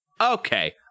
Okay